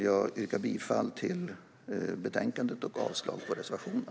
Jag yrkar bifall till utskottets förslag och avslag på reservationen.